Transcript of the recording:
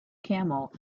cammell